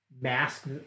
mask